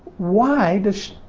why does she,